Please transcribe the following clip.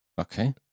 Okay